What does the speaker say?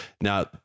Now